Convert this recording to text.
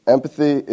Empathy